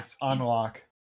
Unlock